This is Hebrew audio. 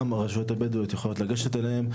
גם הרשויות הבדואיות יכולות לגשת אליהם,